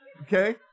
okay